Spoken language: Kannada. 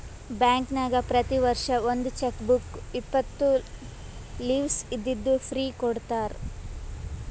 ಬ್ಯಾಂಕ್ನಾಗ್ ಪ್ರತಿ ವರ್ಷ ಒಂದ್ ಚೆಕ್ ಬುಕ್ ಇಪ್ಪತ್ತು ಲೀವ್ಸ್ ಇದ್ದಿದ್ದು ಫ್ರೀ ಕೊಡ್ತಾರ